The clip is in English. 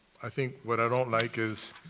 i think what i don't like is,